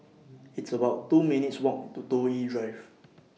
It's about two minutes' Walk to Toh Yi Drive